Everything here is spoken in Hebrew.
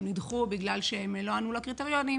הן נדחו בגלל שהן לא ענו לקריטריונים.